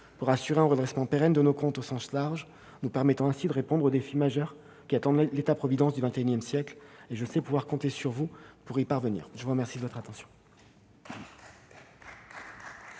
pour assurer un redressement pérenne de nos comptes au sens large, nous permettant de répondre aux défis majeurs qui attendent l'État providence du XXI siècle. Je sais pouvoir compter sur vous pour y parvenir ! La parole est à M.